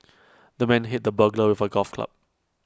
the man hit the burglar with A golf club